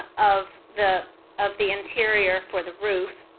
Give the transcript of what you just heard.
of the of the interior for the roof.